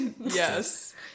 yes